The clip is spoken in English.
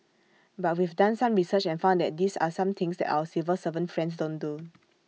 but we've done some research and found that these are some things that our civil servant friends don't do